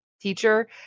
teacher